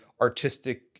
artistic